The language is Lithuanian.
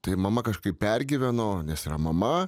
tai mama kažkaip pergyveno nes yra mama